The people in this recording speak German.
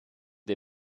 der